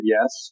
Yes